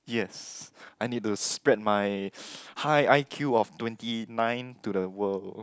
yes I need to spread my high I_Q of twenty nine to the world